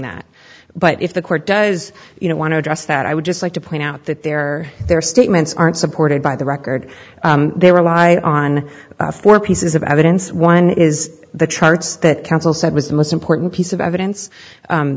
that but if the court does you know want to address that i would just like to point out that there are their statements aren't supported by the record they rely on four pieces of evidence one is the charts that counsel said was the most important piece of evidence